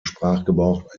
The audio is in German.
sprachgebrauch